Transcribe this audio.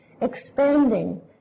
expanding